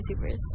YouTubers